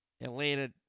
Atlanta